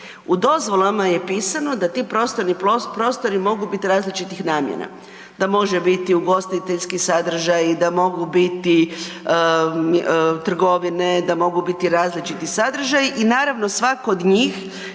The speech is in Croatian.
U dozvolama je pisano da ti prostorni prostori mogu biti različitih namjena. Da može biti ugostiteljski sadržaj, da mogu biti trgovine, da mogu biti različiti sadržaji i naravno, svatko o njih